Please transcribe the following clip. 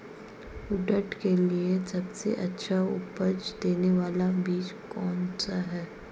उड़द के लिए सबसे अच्छा उपज देने वाला बीज कौनसा है?